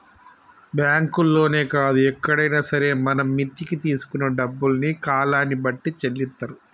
బ్యాంకుల్లోనే కాదు ఎక్కడైనా సరే మనం మిత్తికి తీసుకున్న డబ్బుల్ని కాలాన్ని బట్టి చెల్లిత్తారు